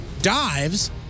dives